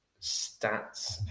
stats